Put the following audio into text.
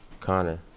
Connor